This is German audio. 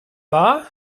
wahr